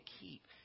keep